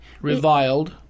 reviled